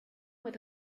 with